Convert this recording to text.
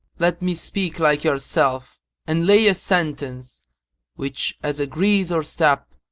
let me speak like yourself and lay a sentence which, as a grise or step,